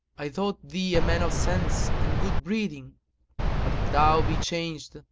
i thought thee a man of sense and good breeding but, if thou be changed,